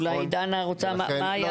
אולי דנה רוצה --- לא,